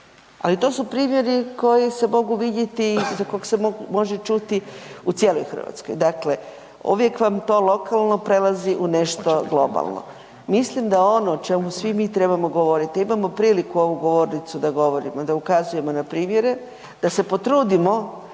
ali to su primjeri koji se mogu vidjeti i za kog se može čuti u cijeloj Hrvatskoj. Dakle, uvijek vam to lokalno prelazi u nešto globalno. Mislim da ono o čemu svi mi trebamo govoriti, a imamo priliku ovu govornicu da govorimo, da ukazujemo na primjere, da se potrudimo